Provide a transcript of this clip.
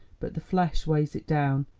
but the flesh weighs it down,